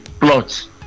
plots